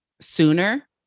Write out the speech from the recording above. Sooner